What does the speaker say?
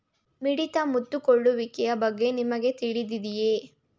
ಮಿಡತೆ ಮುತ್ತಿಕೊಳ್ಳುವಿಕೆಯ ಬಗ್ಗೆ ನಿಮಗೆ ತಿಳಿದಿದೆಯೇ?